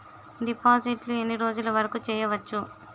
డిపాజిట్లు ఎన్ని రోజులు వరుకు చెయ్యవచ్చు?